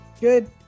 Good